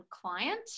client